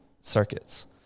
circuits